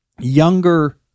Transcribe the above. younger